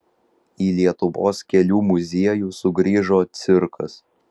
į lietuvos kelių muziejų sugrįžo cirkas